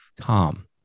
Tom